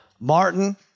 Martin